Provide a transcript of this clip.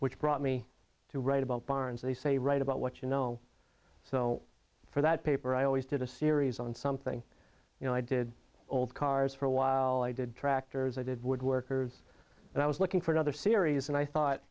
which brought me to write about barnes they say write about what you know so for that paper i always did a series on something you know i did old cars for a while i did tractors i did woodworkers and i was looking for another series and i thought